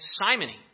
simony